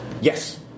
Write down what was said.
Yes